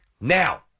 Now